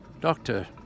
Doctor